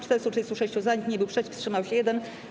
436 - za, nikt nie był przeciw, wstrzymał się 1.